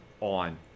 on